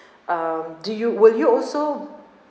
uh do you will you also